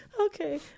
Okay